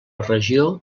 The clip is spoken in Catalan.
regió